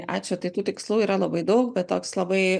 ačiū tai tų tikslų yra labai daug bet toks labai